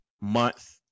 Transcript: month